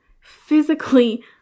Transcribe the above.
physically